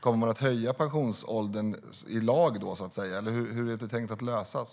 Kommer man att höja pensionsåldern i lagen? Hur är det tänkt att det ska lösas?